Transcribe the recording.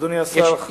אדוני השר,